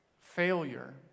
failure